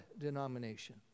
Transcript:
denomination